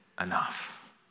enough